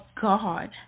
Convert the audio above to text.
God